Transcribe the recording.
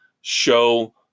show